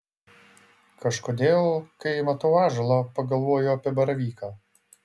kažkodėl kai matau ąžuolą pagalvoju apie baravyką